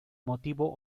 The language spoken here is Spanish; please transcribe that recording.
motivo